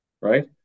right